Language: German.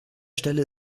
stelle